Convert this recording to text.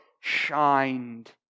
shined